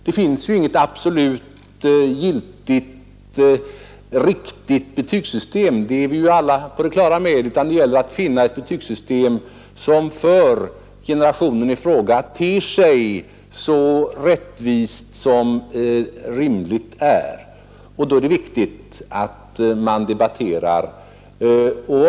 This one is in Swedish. Det finns ju inget absolut giltigt och riktigt betygssystem — det är vi alla på det klara med — utan det gäller att hitta ett betygssystem som för generationen i fråga ter sig så rättvist som rimligt är, och då är det viktigt att debattera det.